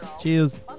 Cheers